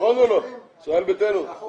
חשבו וחושבים שהחוק